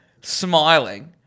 smiling